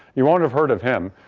you won't have heard of him.